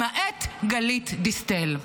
למעט גלית דיסטל.